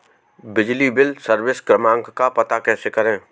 बिजली bill service क्रमांक का पता कैसे करें?